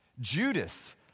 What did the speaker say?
Judas